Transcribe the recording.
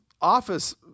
Office